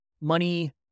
Money